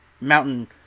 Mountain